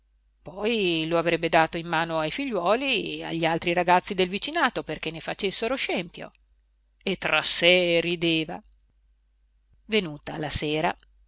poi lo avrebbe dato in mano ai figliuoli e agli altri ragazzi del vicinato perché ne facessero scempio e tra sé rideva venuta la sera